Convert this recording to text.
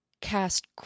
cast